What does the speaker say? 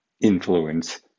influence